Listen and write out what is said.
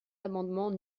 amendement